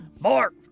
more